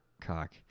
cock